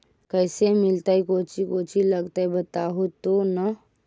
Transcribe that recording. कैसे मिलतय कौची कौची लगतय बतैबहू तो न?